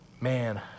man